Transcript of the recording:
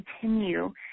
continue